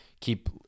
keep